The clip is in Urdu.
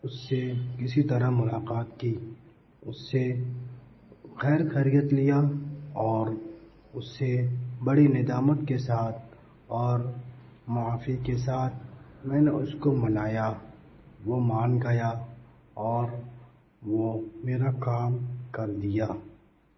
اس سے کسی طرح ملاقات کی اس سے خیر خیریت لیا اور اس سے بڑی ندامت کے ساتھ اور معافی کے ساتھ میں نے اسکو منایا وہ مان گیا اور وہ میرا کام کردیا